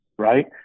Right